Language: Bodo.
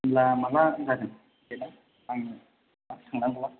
होनब्ला माला जागोन देटआ आं थांनांगौवा